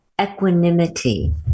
equanimity